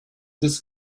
this